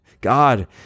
God